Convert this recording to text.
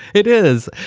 it is.